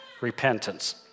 repentance